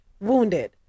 Wounded